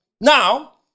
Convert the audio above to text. Now